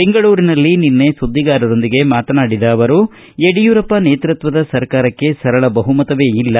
ಬೆಂಗಳೂರಿನಲ್ಲಿ ನಿನ್ನೆ ಸುದ್ದಿಗಾರರೊಂದಿಗೆ ಮಾತನಾಡಿದ ಅವರು ಯಡಿಯೂರಪ್ಪ ನೇತೃತ್ವದ ಸರ್ಕಾರಕ್ಕೆ ಸರಳ ಬಹುಮತವೇ ಇಲ್ಲ